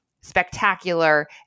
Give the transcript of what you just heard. spectacular